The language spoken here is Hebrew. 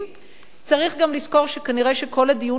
צריך גם לזכור שכנראה כל הדיון כאן הוא זמני,